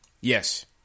Yes